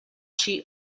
she